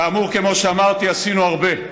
כאמור, כמו שאמרתי, עשינו הרבה.